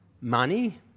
money